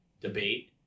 debate